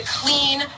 clean